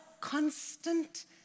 constant